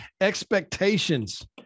Expectations